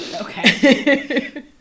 Okay